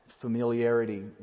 familiarity